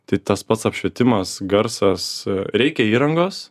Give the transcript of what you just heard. tai tas pats apšvietimas garsas reikia įrangos